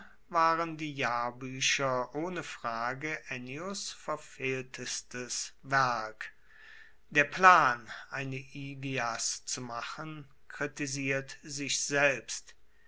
waren die jahrbuecher ohne frage ennius verfehltestes werk der plan eine ilias zu machen kritisiert sich selbst